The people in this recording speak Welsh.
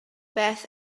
beth